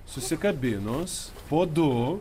susikabinus po du